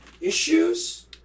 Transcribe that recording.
issues